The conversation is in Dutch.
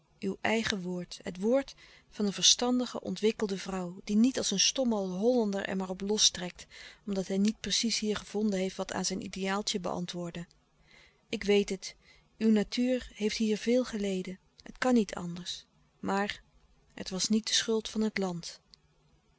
uw eigen woord het woord van een verstandige ontwikkelde vrouw die niet als een stomme hollander er maar op los trekt omdat hij niet precies hier gevonden heeft wat aan zijn ideaaltje beantwoordde ik weet het uw natuur heeft hier veel geleden het kan niet anders maar het was niet de schuld van het land